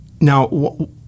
Now